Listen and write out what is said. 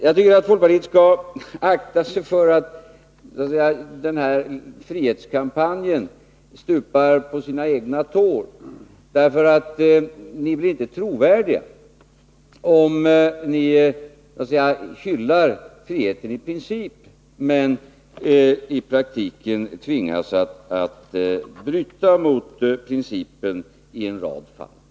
Jag tycker att folkpartiet skall akta sig så att den här frihetskampanjen inte stupar på sina egna tår. Ni blir inte trovärdiga om ni hyllar friheten i princip, men i praktiken tvingas att bryta mot denna princip i en rad fall.